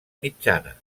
mitjana